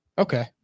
Okay